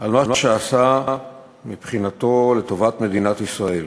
על מה שעשה מבחינתו לטובת מדינת ישראל.